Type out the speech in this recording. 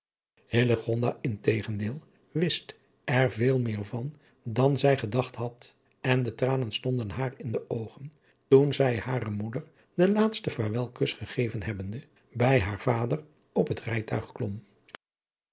in tegendeel wist er veel meer van dan zij gedacht had en de tranen stonden haar in de oogen toen zij hare moeder den laatsten vaarwelkus gegeven hebbende bij haar vader op het rijtuig klom